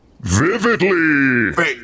Vividly